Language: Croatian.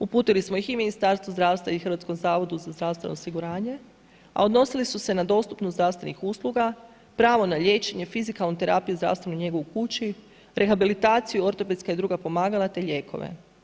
Uputili smo ih i Ministarstvu zdravstva i Hrvatskom zavodu za zdravstveno osiguranje, a odnosili su se dostupnost zdravstvenih usluga, pravo na liječenje, fizikalnu terapiju, zdravstvenu njegu u kući, rehabilitaciju, ortopedska i druga pomagala, te lijekove.